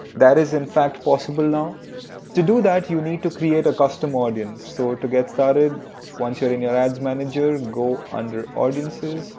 that is in fact possible now to do. you need to create a custom audience. so to get started once you're in your ads manager go under audiences